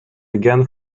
again